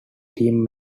team